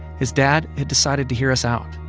his dad had decided to hear us out.